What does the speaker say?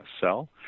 sell